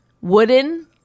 Wooden